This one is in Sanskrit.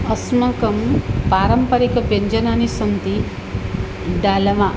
अस्माकं पारम्परिकव्यञ्जनानि सन्ति डालमा